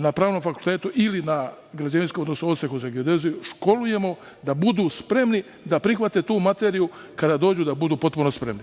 na pravnom fakultetu ili na građevinskom, odnosno odseku za geodeziju školujemo da budu spremni da prihvate tu materiju, kada dođu da budu potpuno spremni.